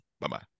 Bye-bye